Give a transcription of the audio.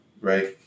Right